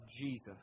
Jesus